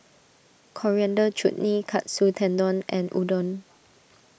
Coriander Chutney Katsu Tendon and Udon